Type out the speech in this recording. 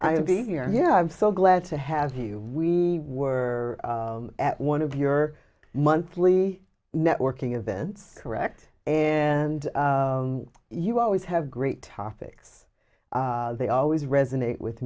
be here yeah i'm so glad to have you we were at one of your monthly networking events correct and you always have great topics they always resonate with